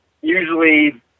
usually